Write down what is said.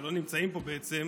שלא נמצאים פה בעצם,